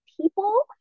people